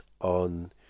on